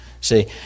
See